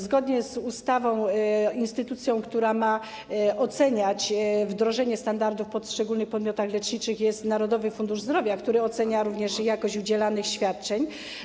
Zgodnie z ustawą instytucją, która ma oceniać wdrażanie standardów w poszczególnych podmiotach leczniczych, jest Narodowy Fundusz Zdrowia oceniający również jakość udzielanych świadczeń.